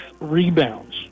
rebounds